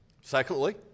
Secondly